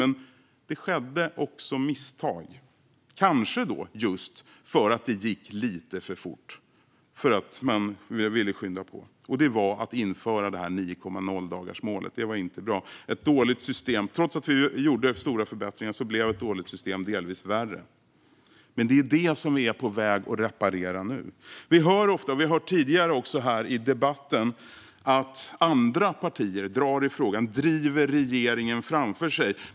Men det skedde också misstag, kanske just för att det gick lite för fort. Man ville skynda på. Misstaget var att införa 9,0-dagarsmålet. Det var inte bra. Trots att vi gjorde stora förbättringar blev ett dåligt system delvis värre, men det är det som vi är på god väg att reparera nu. Vi hör ofta i debatten - vi har hört det tidigare också här i dag - att andra partier drar i frågan och driver regeringen framför sig.